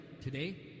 today